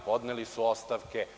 Podneli su ostavke.